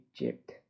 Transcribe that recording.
Egypt